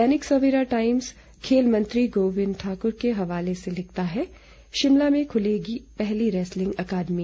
दैनिक Savera Times खेल मंत्री गोबिंद ठाकुर के हवाले से लिखता है शिमला में खुलेगी पहली रैस्लिंग अकादमी